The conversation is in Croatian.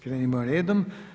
Krenimo redom.